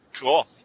Cool